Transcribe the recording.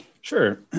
Sure